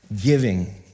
giving